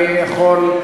יכול,